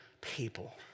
people